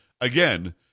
again